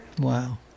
Wow